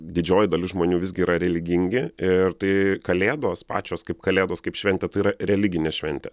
didžioji dalis žmonių visgi yra religingi ir tai kalėdos pačios kaip kalėdos kaip šventė tai yra religinė šventė